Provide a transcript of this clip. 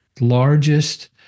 largest